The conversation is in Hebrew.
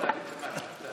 קריאה שלישית, תודה.